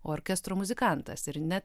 orkestro muzikantas ir net